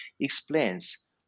explains